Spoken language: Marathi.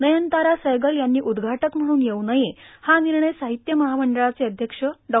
नयनतारा सहगल यांनी उद्घाटक म्हणून येऊ नये हा निर्णय साहित्य महामंडळाचे अध्यक्ष डॉ